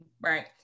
right